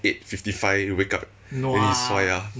eight fifty five wake up then 你刷牙